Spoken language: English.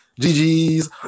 GG's